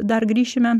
dar grįšime